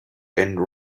and